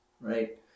right